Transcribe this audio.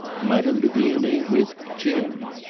madame de vionnet with jim.